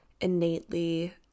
innately